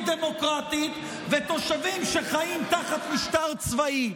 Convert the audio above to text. דמוקרטית ותושבים שחיים תחת משטר צבאי.